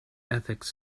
ethics